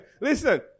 listen